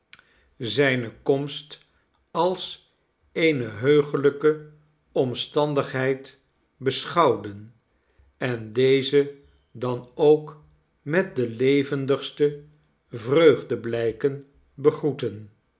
zijne komst als eene heugelijke omstandigheid beschouwden en deze dan ook met de levendigste vreugdeblijken begroetten